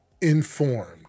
informed